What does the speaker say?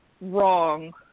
wrong